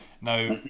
now